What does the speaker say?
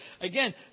again